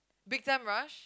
Big-Time-Rush